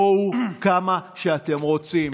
בואו כמה שאתם רוצים,